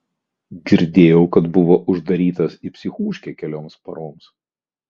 girdėjau kad buvo uždarytas į psichūškę kelioms paroms